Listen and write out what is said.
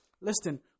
listen